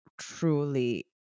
truly